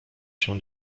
się